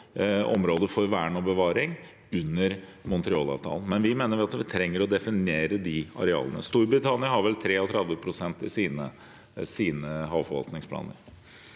områder for vern og bevaring under Kunming–Montreal-avtalen. Vi mener at vi trenger å definere de arealene. Storbritannia har vel 33 pst. i sine havforvaltningsplaner.